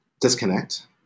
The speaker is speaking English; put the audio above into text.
disconnect